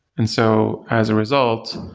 and so as a result,